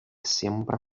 siempre